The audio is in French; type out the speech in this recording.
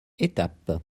étape